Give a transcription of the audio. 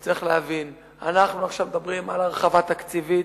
צריך להבין שעכשיו אנחנו מדברים על הרחבה תקציבית.